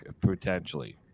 potentially